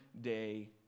day